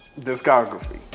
discography